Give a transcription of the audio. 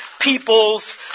people's